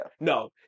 No